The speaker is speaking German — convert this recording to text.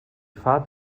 fahrt